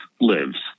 lives